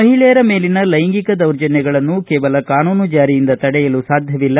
ಮಹಿಳೆಯರ ಮೇಲಿನ ಲೈಂಗಿಕ ದೌರ್ಜನ್ಯಗಳನ್ನುಕೇವಲ ಕಾನೂನು ಜಾರಿಯಿಂದ ತಡೆಯಲು ಸಾಧ್ಯವಿಲ್ಲ